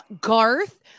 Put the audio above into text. garth